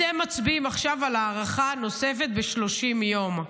אתם מצביעים עכשיו על הארכה נוספת ב-30 יום.